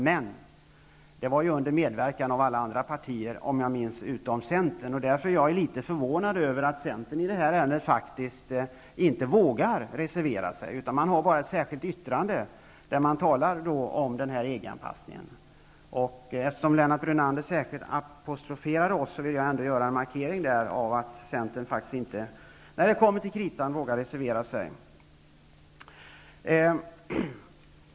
Det skedde emellertid under medverkan av alla andra partier, med undantag av Centern om jag minns rätt. Jag är därför litet förvånad över att Centern i det här ärendet faktiskt inte vågar reservera sig utan enbart har ett särskilt yttrande i vilket EG-anpassningen omtalas. Eftersom Lennart Brunander apostroferade oss vill jag markera att Centern, när det kommer till kritan, inte vågar reservera sig.